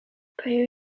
prayer